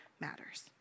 matters